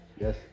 Yes